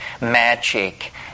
magic